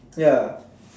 ya